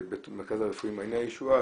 המרכז הרפואי מעייני הישועה,